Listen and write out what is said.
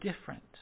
different